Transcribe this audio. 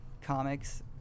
comics